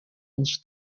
ons